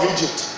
Egypt